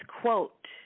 quote